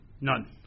None